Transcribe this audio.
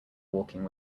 walking